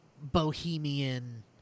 bohemian